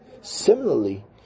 Similarly